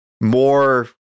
more